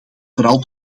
vooral